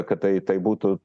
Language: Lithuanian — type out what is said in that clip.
kad tai tai būtų